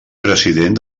president